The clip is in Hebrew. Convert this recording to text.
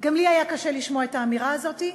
גם לי היה קשה לשמוע את האמירה הזאת,